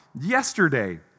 yesterday